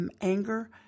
anger